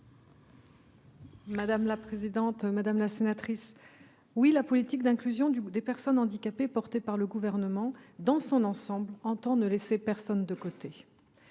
handicapées. Madame la sénatrice Perol-Dumont, la politique d'inclusion des personnes handicapées portée par le Gouvernement dans son ensemble entend ne laisser personne de côté.